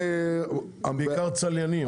זה בעיקר צליינים.